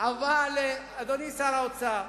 אדוני שר האוצר,